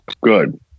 good